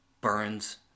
burns